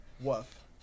Woof